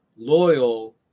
Loyal